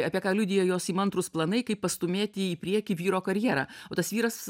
apie ką liudija jos įmantrūs planai kaip pastūmėti į priekį vyro karjerą tas vyras